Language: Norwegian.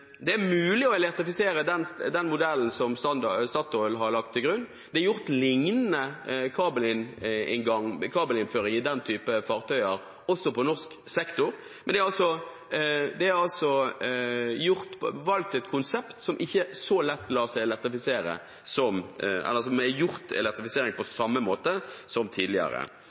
Det er mulig å elektrifisere den modellen som Statoil har lagt til grunn. Det er gjort lignende kabelinnføring i den type fartøyer også på norsk sokkel, men det er altså valgt et konsept som ikke så lett lar seg elektrifisere på samme måte som elektrifisering er gjort